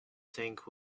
think